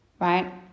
right